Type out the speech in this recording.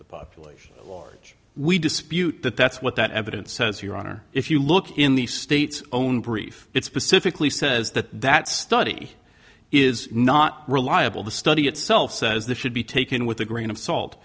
the population at large we dispute that that's what that evidence says your honor if you look in the state's own brief it's pacifically says that that study is not reliable the study itself says this should be taken with a grain of salt